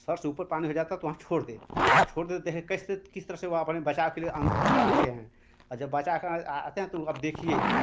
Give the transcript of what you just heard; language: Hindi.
सिर से ऊपर पानी हो जाता तो वहाँ छोड़ दें और छोड़ देते हैं कैसे तो किस तरह से वह अपने बचाव के लिए अन बाहर आते हैं और जब बचाकर आते हैं तो वह अब देखिए